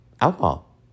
alcohol